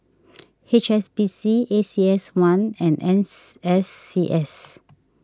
H S B C A C S one and ens S C S